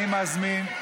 אני מזמין,